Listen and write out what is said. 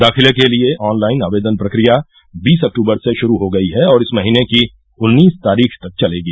दाखिले के लिए ऑनलाइन आवेदन प्रक्रिया बीस अक्टूबर से शुरू हो गई है और इस महीने की उन्नीस तारीख तक चलेगी